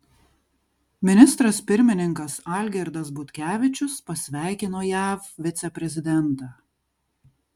ministras pirmininkas algirdas butkevičius pasveikino jav viceprezidentą